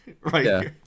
right